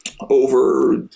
over